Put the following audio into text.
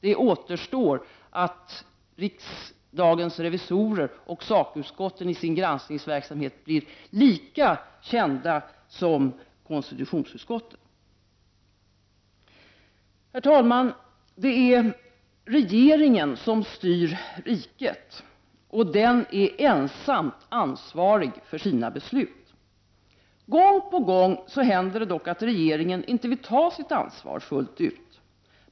Det återstår att riksdagens revisorer och sakutskotten i sin granskningsverksamhet blir lika kända som konstitutionsutskottet. Herr talman! Det är regeringen som styr riket, och den är ensam ansvarig för sina beslut. Gång på gång händer det dock att regeringen inte vill ta sitt ansvar fullt ut.